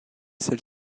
celle